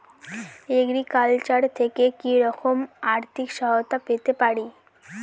Agriculture থেকে কি রকম আর্থিক সহায়তা পেতে পারি?